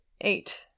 eight